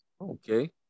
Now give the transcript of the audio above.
Okay